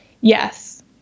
Yes